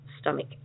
stomach